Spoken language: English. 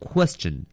Question